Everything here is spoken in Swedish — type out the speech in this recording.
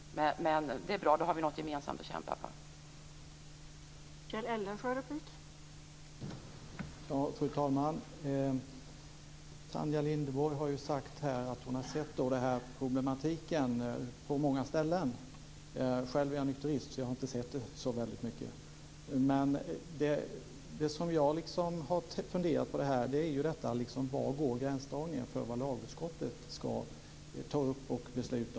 Men det är bra att vi då har något att kämpa för gemensamt.